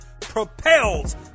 propels